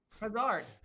Hazard